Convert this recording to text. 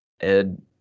Ed